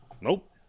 Nope